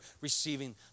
receiving